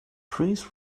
prince